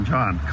John